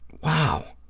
wow.